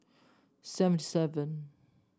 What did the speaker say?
seven seven